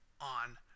on